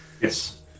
Yes